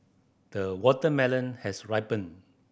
the watermelon has ripened